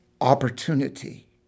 opportunity